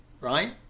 right